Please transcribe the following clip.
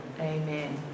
amen